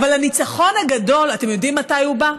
אבל הניצחון הגדול, אתם יודעים מתי הוא בא?